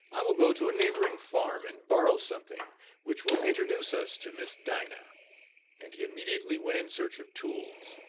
i will go to a neighbouring farm and borrow something which will introduce us to miss dinah and he immediately went in search of tools.